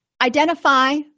identify